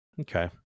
Okay